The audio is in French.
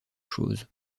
choses